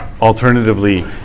alternatively